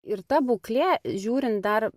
ir ta būklė žiūrint dar